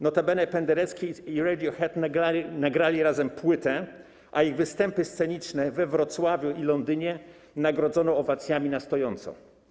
Notabene Penderecki i Radiohead nagrali razem płytę, a ich występy sceniczne we Wrocławiu i w Londynie nagrodzono owacjami na stojąco.